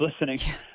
listening